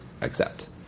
accept